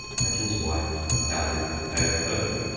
petals white, clouded with pale purple,